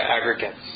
aggregates